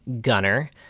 Gunner